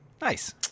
Nice